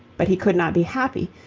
but he could not be happy,